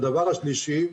והדבר השלישי,